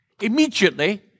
immediately